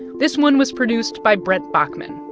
this one was produced by brent baughman,